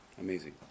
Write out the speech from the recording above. Amazing